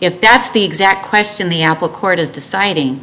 if that's the exact question the apple court is deciding